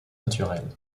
naturelles